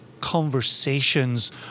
conversations